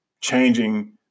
changing